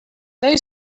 they